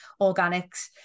organics